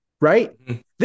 right